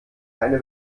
keine